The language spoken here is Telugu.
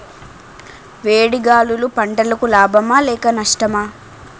వేడి గాలులు పంటలకు లాభమా లేక నష్టమా?